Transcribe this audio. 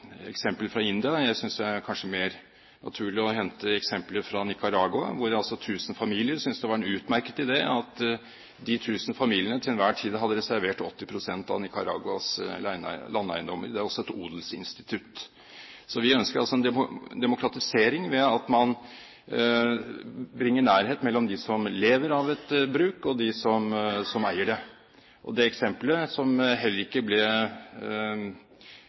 eksempel fra India. Jeg synes det kanskje er mer naturlig å hente eksemplet fra Nicaragua, hvor altså tusen familier syntes det var en utmerket idé at de tusen familiene til enhver tid hadde reservert 80 pst. av Nicaraguas landeiendommer. Det er også et odelsinstitutt. Vi ønsker altså en demokratisering ved at man bringer nærhet mellom dem som lever av et bruk, og dem som eier det. Det eksemplet ble heller ikke